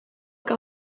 què